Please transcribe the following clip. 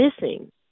missing